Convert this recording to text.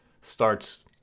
starts